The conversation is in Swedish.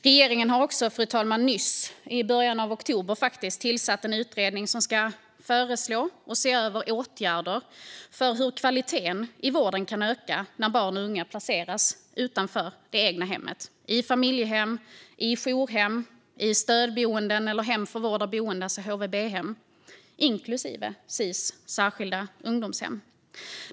Regeringen tillsatte också, fru talman, i början av oktober en utredning som ska föreslå och se över åtgärder för hur kvaliteten i vården kan öka när barn och unga placeras utanför det egna hemmet, i familjehem, i jourhem, i stödboenden, hem för vård eller boende, HVB, inklusive Sis särskilda ungdomshem.